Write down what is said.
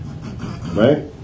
right